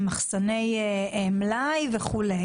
ומחסני המלאי, וכו'